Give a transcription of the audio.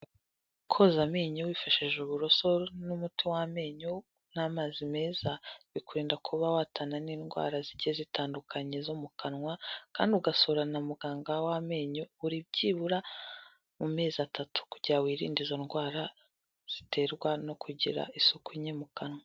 Koza amenyo wifashishije uburoso n'umuti w'amenyo n'amazi meza bikurinda kuba watana n'indwara zigiye zitandukanye zo mu kanwa kandi ugasura na muganga w'amenyo buri byibura mu mezi atatu kugira wirinde izo ndwara ziterwa no kugira isuku nke mu kanwa.